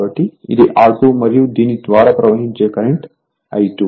కాబట్టి ఇది R2 మరియు దీని ద్వారా ప్రవహించే కరెంట్ I2